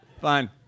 Fine